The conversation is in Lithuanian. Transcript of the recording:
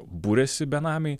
buriasi benamiai